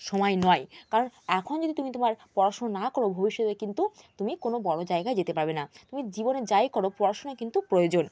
সময় নয় কারণ এখন যদি তুমি তোমার পড়াশুনো না করো ভবিষ্যতে কিন্তু তুমি কোনও বড় জায়গায় যেতে পারবে না তুমি জীবনে যাই করো পড়াশুনো কিন্তু প্রয়োজন